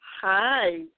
Hi